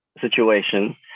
situation